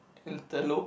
anterlop